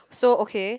so okay